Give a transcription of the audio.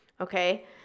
okay